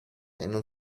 non